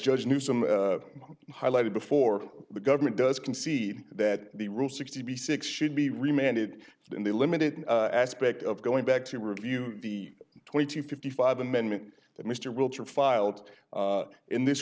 judge newsom highlighted before the government does concede that the route sixty six should be remanded in the limited aspect of going back to review the twenty two fifty five amendment that mr wiltshire filed in this